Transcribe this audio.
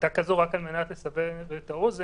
הייתה כזו, רק לסבר את האוזן